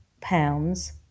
pounds